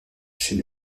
chez